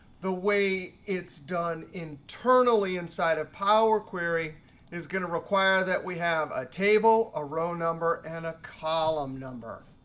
the way it's done internally inside a power query is going to require that we have a table, a row number, and a column number.